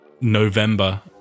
November